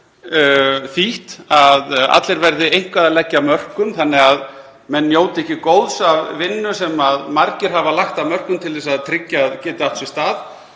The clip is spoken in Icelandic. þýtt að allir verði að leggja eitthvað af mörkum þannig að menn njóti ekki góðs af vinnu sem margir hafa lagt af mörkum til að tryggja að geti átt sér stað